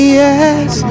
yes